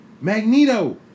Magneto